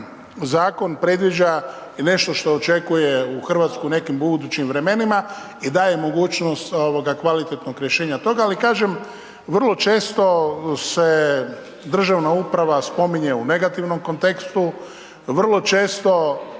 zakon predviđa i nešto što očekuje u RH u nekim budućim vremenima i daje mogućnost kvalitetnog rješenja toga, ali kažem, vrlo često se državna uprava spominje u negativnom kontekstu, vrlo često